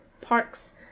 parks